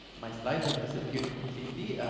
my slides have disappeared completely.